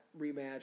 rematch